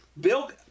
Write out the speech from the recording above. Bill